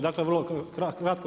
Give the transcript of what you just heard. Dakle, vrlo kratko.